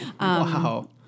Wow